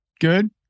Good